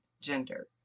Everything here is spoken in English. gender